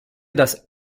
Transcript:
das